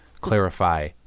clarify